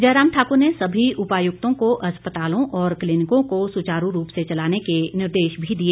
जयराम ठाकुर ने सभी उपायुक्तों को अस्पतालों और क्लीनिकों को सुचारू रूप से चलाने के निर्देश भी दिए